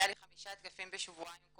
היו לי חמשה התקפים בשבועיים,